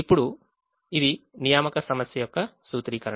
ఇప్పుడు ఇది assignment problem యొక్క సూత్రీకరణ